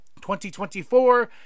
2024